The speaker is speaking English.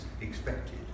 expected